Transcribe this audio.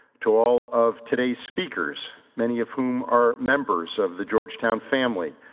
to all of today's speakers, many of whom are members of the georgetown family,